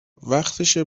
وقتشه